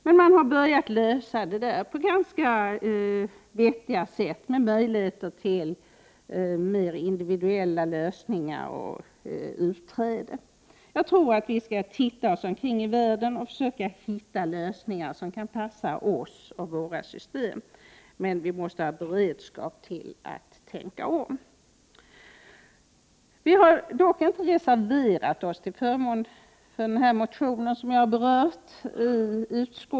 Men man har börjat lösa dessa problem på ganska vettiga sätt med möjligheter till mer individuella lösningar och möjligheter till utträde. Jag tror att vi skall se oss omkring i världen och försöka finna lösningar som kan passa oss och våra system. Men vi måste ha beredskap till att tänka om. Vi moderater har dock inte reserverat oss i utskottet till förmån för den motion som jag har berört.